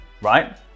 right